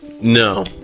No